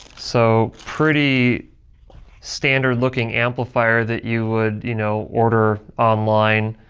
so pretty standard looking amplifier that you would you know order online.